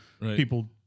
people